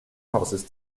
hauses